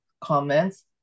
comments